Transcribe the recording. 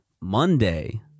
Monday